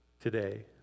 today